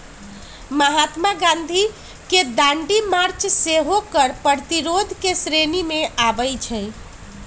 महात्मा गांधी के दांडी मार्च सेहो कर प्रतिरोध के श्रेणी में आबै छइ